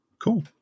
Cool